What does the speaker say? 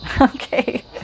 Okay